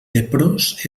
leprós